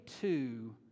two